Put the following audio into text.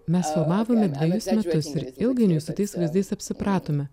mes filmavome dvejus metus ir ilgainiui su tais vaizdais apsipratome